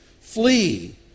flee